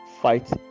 fight